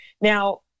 Now